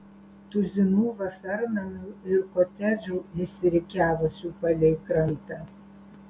tuzinų vasarnamių ir kotedžų išsirikiavusių palei krantą